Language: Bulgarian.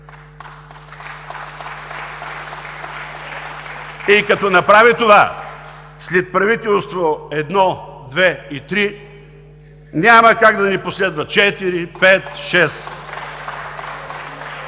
И като направи това, след правителство 1, 2 и 3 няма как да не последва 4, 5, 6.